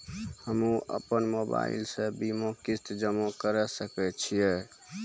हम्मे अपन मोबाइल से बीमा किस्त जमा करें सकय छियै?